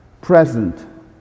present